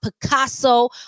Picasso